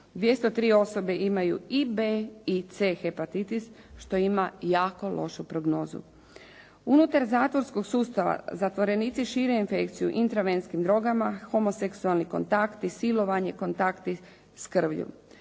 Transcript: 203 osobe imaju i B i C hepatitis što ima jako lošu prognozu. Unutar zatvorskog sustava zatvorenici šire infekciju intravenskim drogama, homoseksualni kontakti, silovanja, kontakti s krvlju.